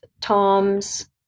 Tom's